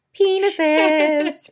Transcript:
penises